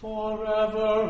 Forever